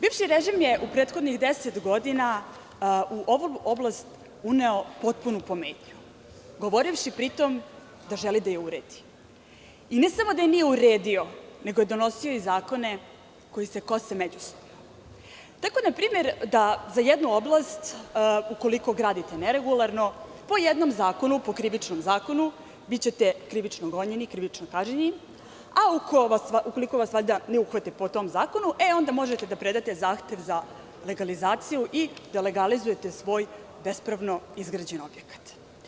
Bivši režim je u prethodnih 10 godina u ovu oblast uneo potpunu pometnju, govorivši pri tom da želi da je uredi i ne samo da je nije uredio, nego je donosio i zakone koji se kose međusobno, tako npr. da za jednu oblast, ukoliko gradite neregularno, po Krivičnom zakonu bićete krivično gonjeni, krivično kažnjeni, a ukoliko vas ne uhvate po tom zakonu, onda možete da predate zahtev za legalizaciju i da legalizujete svoj bespravno izgrađeni objekat.